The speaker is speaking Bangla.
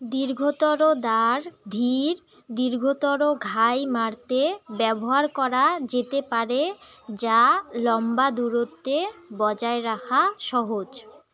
দীর্ঘতর দাড় ধীর দীর্ঘতর ঘাই মারতে ব্যবহার করা যেতে পারে যা লম্বা দূরত্বে বজায় রাখা সহজ